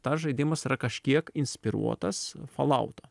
tas žaidimas yra kažkiek inspiruotas folauto